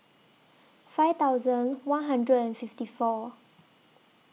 five thousand one hundred and fifty four